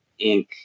Inc